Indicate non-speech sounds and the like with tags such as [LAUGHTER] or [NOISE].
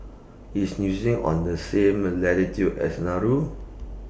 IS New [UNINTELLIGIBLE] on The same latitude as Nauru